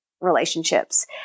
relationships